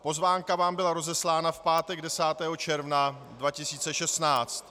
Pozvánka vám byla rozeslána v pátek 10. června 2016.